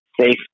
safety